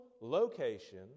location